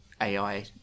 AI